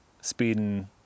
speeding—